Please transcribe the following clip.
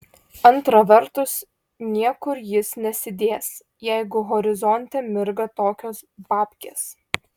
antra vertus niekur jis nesidės jeigu horizonte mirga tokios babkės